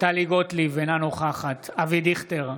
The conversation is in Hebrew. טלי גוטליב, אינה נוכחת אבי דיכטר,